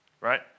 Right